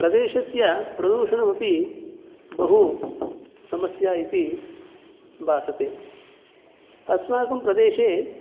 प्रदेशस्य प्रदूषणम् अपि बहु समस्या इति भासते अस्माकं प्रदेशे